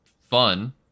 fun